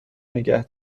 نگه